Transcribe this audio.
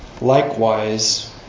Likewise